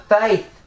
faith